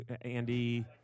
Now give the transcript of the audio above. Andy